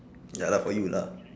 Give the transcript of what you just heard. ya lah for you lah